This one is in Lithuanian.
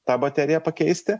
tą bateriją pakeisti